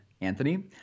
Anthony